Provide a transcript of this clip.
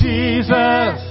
Jesus